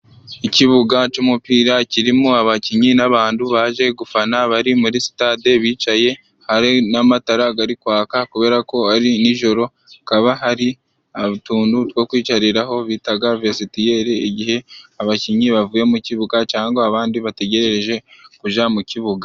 Ikibuga c'umupira kirimo abakinyi n'abandu baje gufana bari muri sitade bicaye n'amatara gari kwaka, kubera ko ari nijoro. Hakaba hari utundu two kwicariraho bitaga vesitiyeri, igihe abakinyi bavuye mu kibuga cyangwa abandi bategereje kuja mu kibuga.